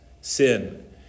sin